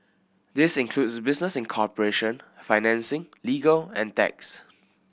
this includes business incorporation financing legal and tax